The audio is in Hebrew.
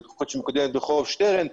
ותכנית שמקודמת ברחוב שטרן.